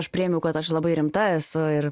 aš priėmiau kad aš labai rimta esu ir